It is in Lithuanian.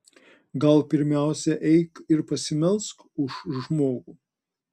gal pirmiausia eik ir pasimelsk už žmogų